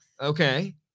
okay